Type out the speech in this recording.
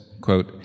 quote